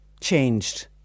changed